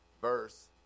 verse